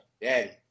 Daddy